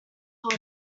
held